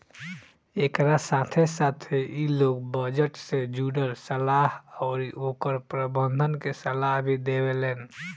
एकरा साथे साथे इ लोग बजट से जुड़ल सलाह अउरी ओकर प्रबंधन के सलाह भी देवेलेन